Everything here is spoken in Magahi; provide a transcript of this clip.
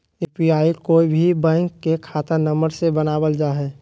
यू.पी.आई कोय भी बैंक के खाता नंबर से बनावल जा हइ